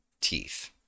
teeth